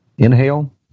Inhale